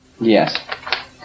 Yes